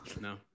no